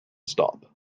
stop